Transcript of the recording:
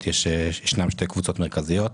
יש שתי קבוצות מרכזיות.